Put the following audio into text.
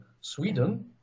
Sweden